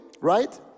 right